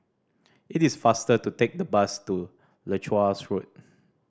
it is faster to take the bus to Leuchars Road